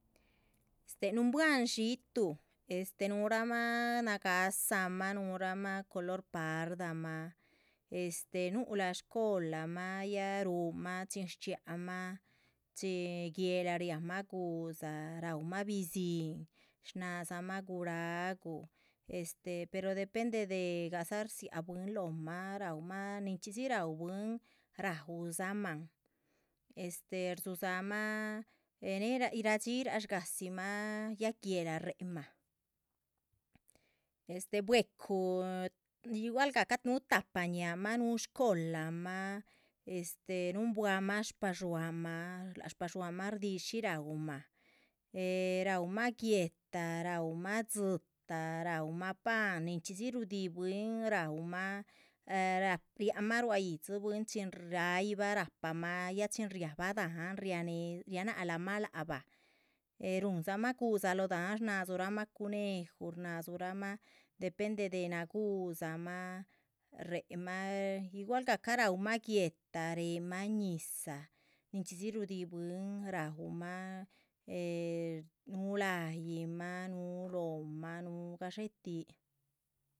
Llitu nbwa’ lliitu nu’hra’ma nagaasa ñihllu llibaa’n nu’hlama ru’nma chin rchia’hanma naague’l rria’hma lo ruhnngu’za rahwma bizihn rna’zurama guraagu rahw ba nin chi zi’rahw bwiinn- rzuhsama radxii ruzi’laa’dzima nague’la rare’hma. Bwehcu nahpa tahpa ñaa’ma nuu llibaa’n ma riumbwa’ ballu’n ma rudi’hi guelrahw rahwma guehta rahwma dzihta rahwma garaa riadxia’hanma rha’zu ma biyahnn- ruhnn- gu’za ma ree’ma ñihsa nu rzihin nu lahyima.